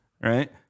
Right